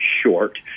short